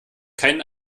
keinen